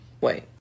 wait